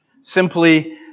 Simply